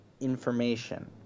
information